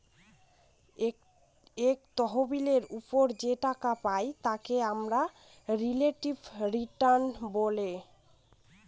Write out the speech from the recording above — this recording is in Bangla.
এক তহবিলের ওপর যে টাকা পাই তাকে আমরা রিলেটিভ রিটার্ন বলে